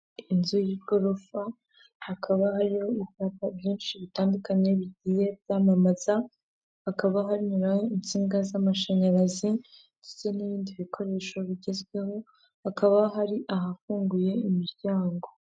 Inzu y'igorofa hakaba hariho ibyapa byinshi bitandukanye bigiye byamamaza, hakabaho insinga z'amashanyarazi ndetse n'ibindi bikoresho bigezweho, hakaba hari ahafunguye imiryango.